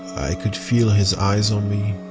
i could feel his eyes on me.